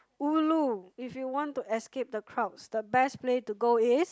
ulu if you want to escape the crowds the best place to go is